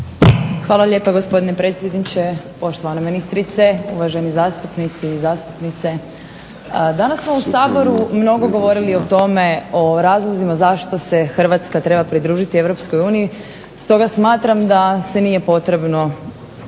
Hvala lijepa gospodine predsjedniče, poštovana ministrice, uvažena zastupnice i zastupnici. Danas smo u Saboru mnogo govorili o tome, o razlozima zašto se Hrvatska treba pridružiti Europskoj uniji stoga smatram da se nije potrebno